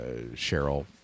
Cheryl